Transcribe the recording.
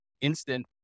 instant